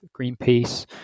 Greenpeace